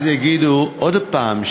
אז יגידו עוד הפעם,